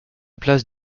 place